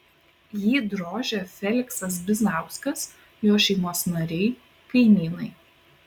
jį drožė feliksas bizauskas jo šeimos nariai kaimynai